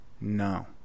no